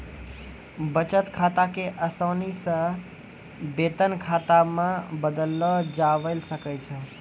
बचत खाता क असानी से वेतन खाता मे बदललो जाबैल सकै छै